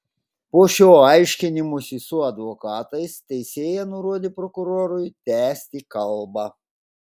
po šio aiškinimosi su advokatais teisėja nurodė prokurorui tęsti kalbą